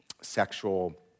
sexual